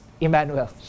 Emmanuel